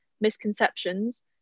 misconceptions